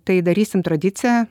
tai darysim tradiciją